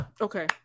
okay